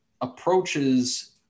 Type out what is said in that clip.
approaches